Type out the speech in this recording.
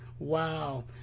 Wow